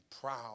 proud